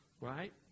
Right